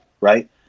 right